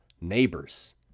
neighbors